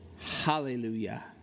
Hallelujah